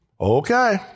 Okay